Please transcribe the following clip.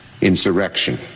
Insurrection